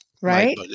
right